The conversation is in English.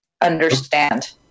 understand